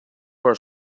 for